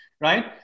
right